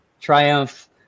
triumph